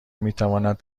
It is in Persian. میتواند